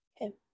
okay